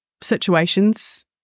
situations